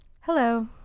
hello